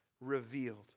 revealed